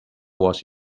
was